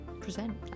present